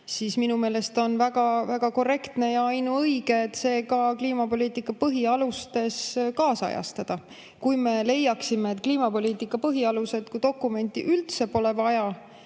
siis on väga korrektne ja ainuõige, et ka kliimapoliitika põhialused kaasajastada. Kui me leiaksime, et kliimapoliitika põhialuseid kui dokumenti pole üldse vaja,